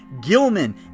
Gilman